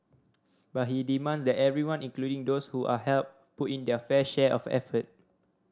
but he demands that everyone including those who are helped put in their fair share of effort